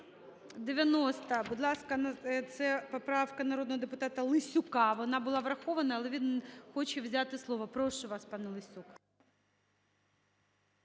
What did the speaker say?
90-а. Будь ласка, це поправка народного депутата Лесюка. Вона була врахована, але він хоче взяти слово. Прошу вас, пане Лесюк.